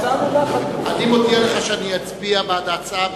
אני מודיע לך שאני אצביע בעד ההצעה,